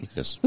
Yes